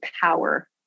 power